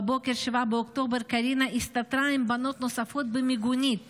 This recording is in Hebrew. בבוקר 7 באוקטובר קרינה הסתתרה עם בנות נוספות במיגונית